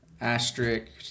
asterisk –